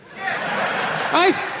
right